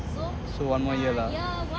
so one more yeah lah